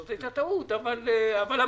זו הייתה טעות, אבל אמרתי.